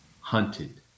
hunted